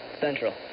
Central